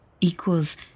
equals